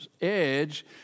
edge